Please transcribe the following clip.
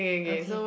okay